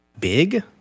big